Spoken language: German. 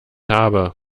habe